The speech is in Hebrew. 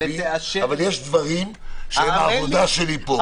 אבל יש דברים שהם העבודה שלי פה,